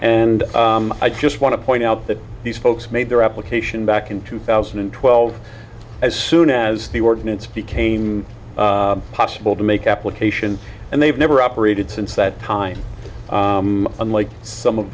and i just want to point out that these folks made their application back in two thousand and twelve as soon as the ordinance became possible to make applications and they've never operated since that time unlike some of